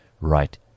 right